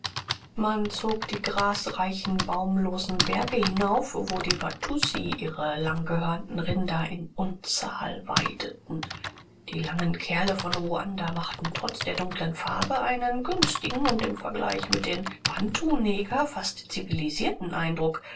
man zog die grasreichen baumlosen berge hinauf wo die watussi ihre langgehörnten rinder in unzahl weideten die langen kerle von ruanda machten trotz der dunklen farbe einen günstigen und im vergleich mit dem bantuneger fast zivilisierten eindruck